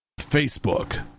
Facebook